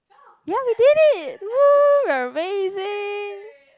ya we did it !woo! we're amazing